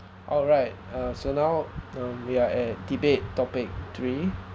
alright uh so now um we are at debate topic three